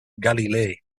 galilee